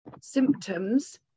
symptoms